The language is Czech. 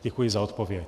Děkuji za odpověď.